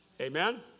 Amen